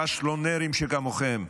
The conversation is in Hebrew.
פשלונרים שכמוכם.